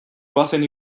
goazen